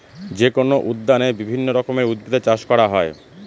যেকোনো উদ্যানে বিভিন্ন রকমের উদ্ভিদের চাষ করা হয়